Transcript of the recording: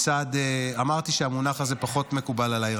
אמרתי שהמונח הזה פחות מקובל עליי,